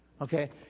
Okay